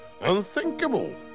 Unthinkable